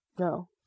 No